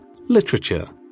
literature